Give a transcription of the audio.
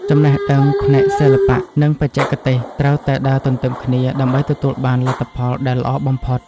ចំណេះដឹងផ្នែកសិល្បៈ និង បច្ចេកទេសត្រូវតែដើរទន្ទឹមគ្នាដើម្បីទទួលបានលទ្ធផលដែលល្អបំផុត។